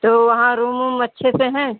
तो वहाँ रूम ऊम अच्छे से हैं